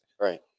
Right